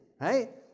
right